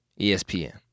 ESPN